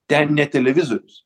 ten ne televizorius